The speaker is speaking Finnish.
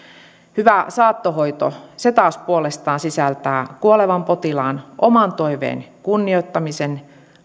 hyvä saattohoito se taas puolestaan sisältää kuolevan potilaan oman toiveen kunnioittamisen